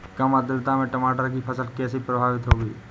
कम आर्द्रता में टमाटर की फसल कैसे प्रभावित होगी?